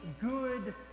good